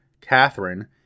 Catherine